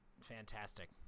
fantastic